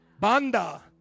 Banda